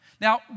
Now